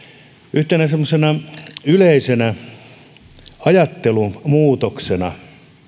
yhtenä semmoisena yleisenä ajattelumuutoksena